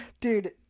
dude